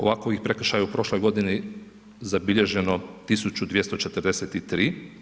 Ovakvih je prekršaja u prošloj godini zabilježeno 1243.